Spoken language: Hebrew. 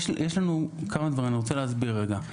אני רוצה להסביר רגע כמה דברים.